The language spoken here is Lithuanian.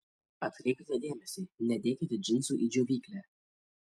atkreipkite dėmesį nedėkite džinsų į džiovyklę